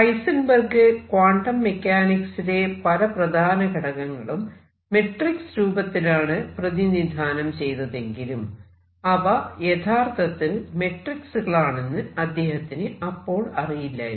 Heisenberg quantum മെക്കാനിക്സിലെ പല പ്രധാന ഘടകങ്ങളും മെട്രിക്സ് രൂപത്തിലാണ് പ്രതിനിധാനം ചെയ്തതെങ്കിലും അവ യഥാർത്ഥത്തിൽ മെട്രിക്സുകളാണെന്നു അദ്ദേഹത്തിന് അപ്പോൾ അറിയില്ലായിരുന്നു